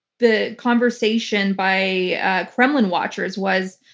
the conversation by kremlin watchers was,